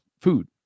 food